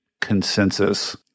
consensus